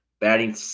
batting